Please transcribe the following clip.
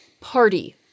party